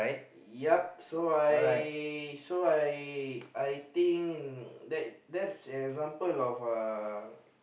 ya so I so I I think that's that's an example of a